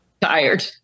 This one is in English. tired